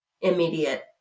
immediate